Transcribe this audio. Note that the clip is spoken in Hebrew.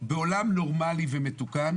בעולם נורמלי ומתוקן